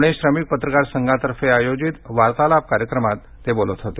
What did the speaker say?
पुणे श्रमिक पत्रकार संघातर्फे आयोजित वार्तालाप कार्यक्रमात ते बोलत होते